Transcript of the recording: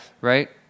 Right